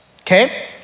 okay